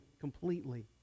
completely